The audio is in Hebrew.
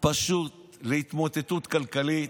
להתמוטטות כלכלית?